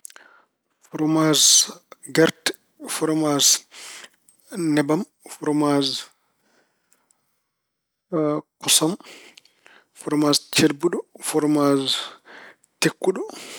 Foromaaj gerte, foromaaj nebam, foromaaj kosam, foromaaj celbuɗo, foromaaj tekkuɗo.